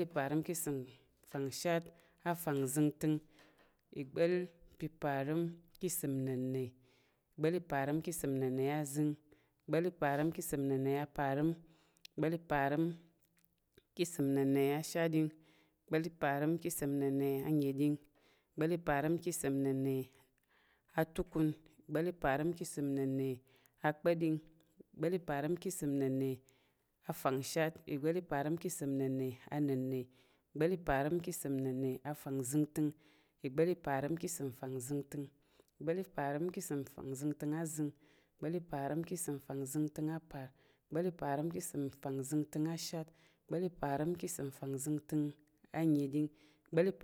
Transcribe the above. Ìgba̱l pa̱ parəm ka̱ ìsəm fangshat afangzəngtəng, ìgba̱l pa̱ parəm ka̱ ìsəm nənna̱, ìgba̱l pa̱ parəm ka̱ ìsəm nənna̱ azəng, ìgba̱l pa̱ parəm ka̱ ìsəm nənna̱ ashatɗing, ìgba̱l pa̱ parəm ka̱ ìsəm nənna̱ anəɗing, ìgba̱l pa̱ parəm ka̱ ìsəm nənna̱ atukun, ìgba̱l pa̱ parəm ka̱ ìsəm nənna̱ akpa̱ɗing, ìgba̱k pa̱ parəm ka̱ ìsəm nənna̱ afangshat, ìgba̱l pa̱ parəm ka̱ ìsəm nənna̱ anŋna̱, ìgba̱l pa̱ parəm ka̱ ìsəm nənna̱ azəng, ìgba̱l pa̱ parəm ka̱ ìsəm nənna̱ ashat, ìgba̱l pa̱ parəm ka̱ ìsəm nənna̱ anəɗing, ìgba̱l pa̱